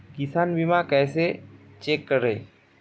किसान बीमा कैसे चेक करें?